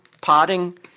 potting